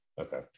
Okay